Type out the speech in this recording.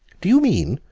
do you mean,